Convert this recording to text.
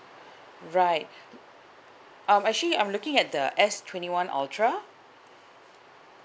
right um actually I'm looking at the S twenty one ultra